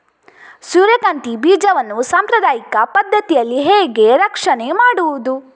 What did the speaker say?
ಸೂರ್ಯಕಾಂತಿ ಬೀಜವನ್ನ ಸಾಂಪ್ರದಾಯಿಕ ಪದ್ಧತಿಯಲ್ಲಿ ಹೇಗೆ ರಕ್ಷಣೆ ಮಾಡುವುದು